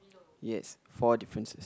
yes four differences